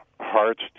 hearts